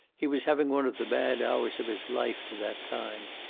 he was having one of the bad hours of his life to that time.